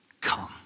come